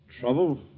Trouble